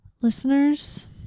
Listeners